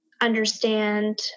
understand